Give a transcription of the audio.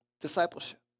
Discipleship